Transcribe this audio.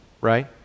Right